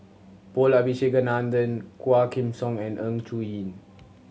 Paul Abisheganaden Quah Kim Song and Ng Choon Yee